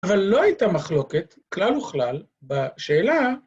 אבל לא הייתה מחלוקת, כלל וכלל, בשאלה...